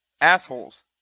assholes